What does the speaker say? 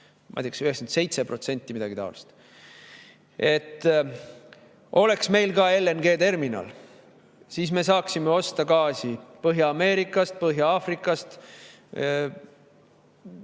Ma ei tea, kas 97% või midagi taolist. Oleks meil ka LNG‑terminal, siis me saaksime osta gaasi Põhja-Ameerikast, Põhja-Aafrikast.